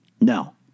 no